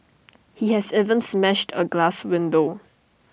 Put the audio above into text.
he has even smashed A glass window